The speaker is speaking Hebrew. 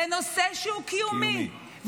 זה נושא, קיומי.